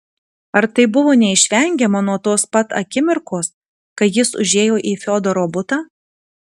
ar tai buvo neišvengiama nuo pat tos akimirkos kai jis užėjo į fiodoro butą